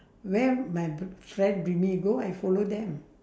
where my friend bring me go I follow them